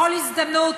בכל הזדמנות,